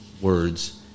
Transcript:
words